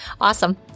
awesome